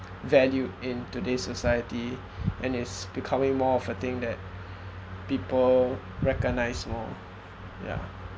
valued in today's society and it's becoming more of a thing that people recognise more yeah